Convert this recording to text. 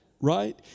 right